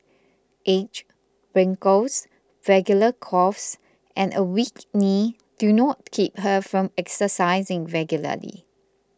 age wrinkles regular coughs and a weak knee do not keep her from exercising regularly